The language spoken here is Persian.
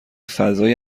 فضای